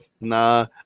nah